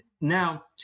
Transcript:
Now